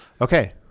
Okay